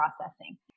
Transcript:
processing